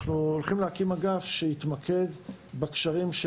אנחנו הולכים להקים אגף שיתמקד בקשרים של